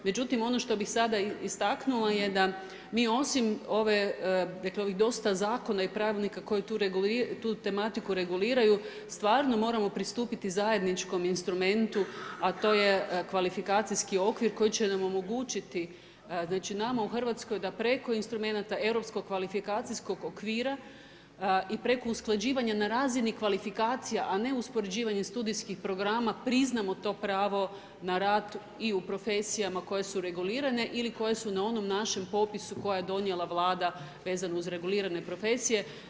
Međutim, ono što bi sada istaknula je da mi osim ove dosta zakona i pravilnika koje tu tematiku reguliraju, stvarno moramo pristupiti zajedničkom instrumentu, a to je kvalifikacijski okvir, koji će nam omogućiti nama u Hrvatskoj, da preko instrumenata europskog kvalifikacijskog okvira i preko usklađivanja na razini kvalifikacija, a ne u uspoređivanju studijskih programa, priznamo to pravo na rad i u profesijama koje su regulirane, ili koje su na onom našem popisu koje je donijela Vlada vezano uz regularne profesije.